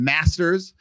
Masters